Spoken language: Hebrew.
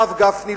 הרב גפני,